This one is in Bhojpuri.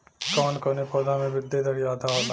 कवन कवने पौधा में वृद्धि दर ज्यादा होला?